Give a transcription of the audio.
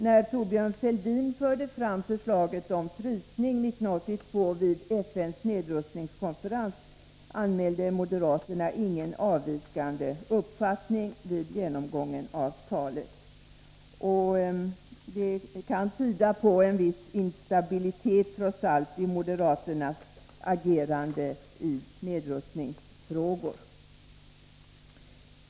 När Thorbjörn Fälldin förde fram förslaget om frysning vid FN:s nedrustningskonferens 1982 anmälde moderaterna ingen avvikande uppfattning vid genomgången av talet. Det kan tyda på en viss instabilitet, trots allt, i moderaternas agerande i nedrustningsfrågor.